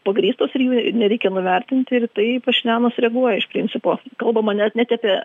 pagrįstos ir jų nereikia nuvertinti ir į tai pašinjanas reaguoja iš principo kalbama net net apie